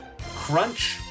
Crunch